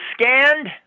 scanned